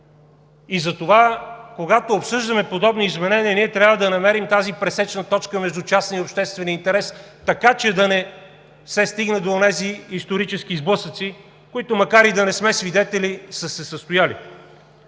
Затова, когато обсъждаме подобни изменения, ние трябва да намерим тази пресечна точка между частния и обществения интерес, така че да не се стигне до онези исторически сблъсъци, на които, макар и да не сме свидетели, са се състояли.